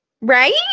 Right